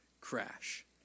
crash